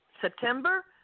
September